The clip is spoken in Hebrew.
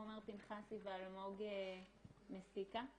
עומר פנחסי ואלמוג מסיקה.